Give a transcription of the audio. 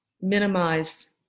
minimize